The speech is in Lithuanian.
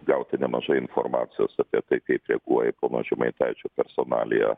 gauti nemažai informacijos apie tai kaip reaguoja į pono žemaitaičio personaliją